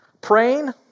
Praying